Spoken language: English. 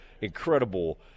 incredible